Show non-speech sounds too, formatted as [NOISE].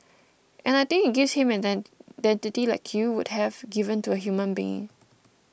and I think it gives him an dent [UNINTELLIGIBLE] like you would have given to a human being